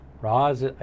Roz